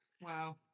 Wow